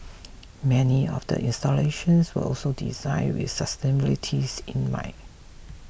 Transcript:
many of the installations were also designed with sustainability in mind